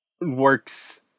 works